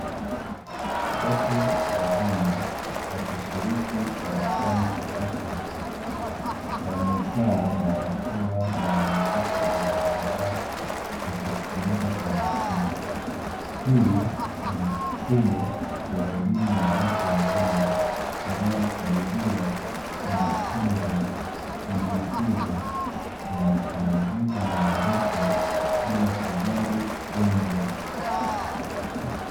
Watu wazima wakishiriki darasani kupata elimu, wamevaa barakoa na wameketi kwenye madawati wakisikiliza kwa makini. Hii ni mfumo wa elimu ya watu wazima inayosaidia kujifunza, kujikuza na kuongeza maarifa bila kujali umri.